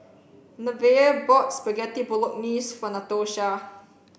Nevaeh bought Spaghetti Bolognese for Natosha